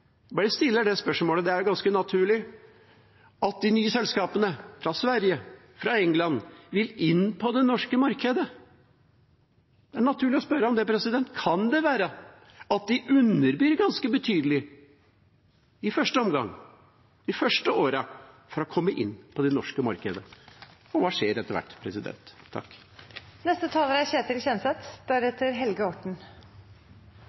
bare stiller det spørsmålet, det er ganske naturlig – at de nye selskapene fra Sverige og fra England vil inn på det norske markedet? Det er naturlig å spørre om det. Kan det være at de underbyr ganske betydelig i første omgang, i de første årene, for å komme inn på det norske markedet? Og hva skjer etter hvert?